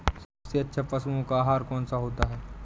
सबसे अच्छा पशुओं का आहार कौन सा होता है?